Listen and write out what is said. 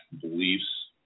beliefs